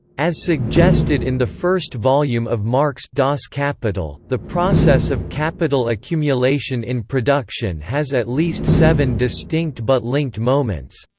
as suggested in the first volume of marx' das kapital, the process of capital accumulation in production has at least seven distinct but linked moments